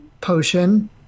potion